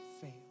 fail